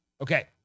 Okay